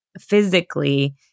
physically